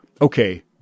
Okay